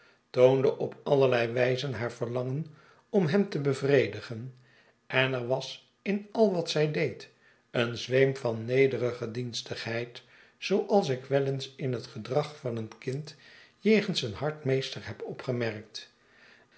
toonde op allerlei wijzen haar verlangen om hem te bevredigen en er was in al wat zij deed een zweem van nederige gedienstigheid zooals ik wel eens in het gedrag van een kind jegens een hard meester heb opgemerkt